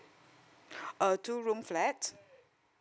a two room flat